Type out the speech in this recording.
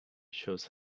shows